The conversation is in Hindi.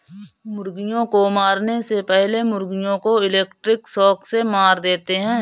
मुर्गियों को मारने से पहले मुर्गियों को इलेक्ट्रिक शॉक से मार देते हैं